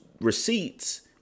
receipts